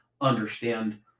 understand